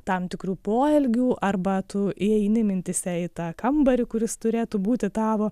tam tikrų poelgių arba tu įeini mintyse į tą kambarį kuris turėtų būti tavo